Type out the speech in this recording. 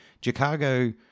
Chicago